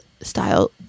style